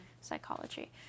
psychology